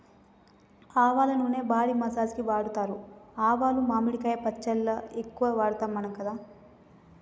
ఆవల నూనె body massage కి వాడుతారు ఆవాలు మామిడికాయ పచ్చళ్ళ ఎక్కువ వాడుతాం మనం కదా